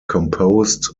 composed